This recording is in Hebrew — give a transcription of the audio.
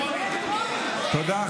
תודה.